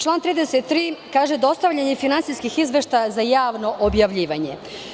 Član 33. kaže – dostavljanje finansijskih izveštaja za javno objavljivanje.